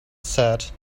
sad